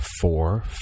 four